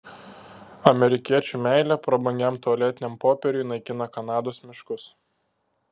amerikiečių meilė prabangiam tualetiniam popieriui naikina kanados miškus